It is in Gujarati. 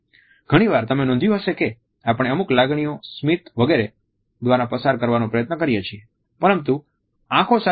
ઘણીવાર તમે નોંધ્યું હશે કે આપણે અમુક લાગણીઓ સ્મિત વગેરે દ્વારા પસાર કરવાનો પ્રયત્ન કરીએ છીએ પરંતુ આંખો સાચી લાગણીઓને વ્યક્ત કરે છે